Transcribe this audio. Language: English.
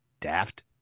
daft